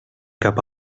cap